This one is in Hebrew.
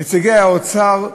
נציגי האוצר,